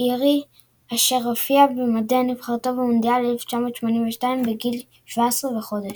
אירי אשר הופיע במדי נבחרתו במונדיאל 1982 בגיל 17 וחודש.